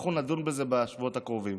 אנחנו נדון בזה בשבועות הקרובים.